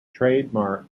trademark